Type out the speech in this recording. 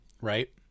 Right